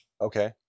Okay